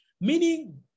meaning